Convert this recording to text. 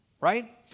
right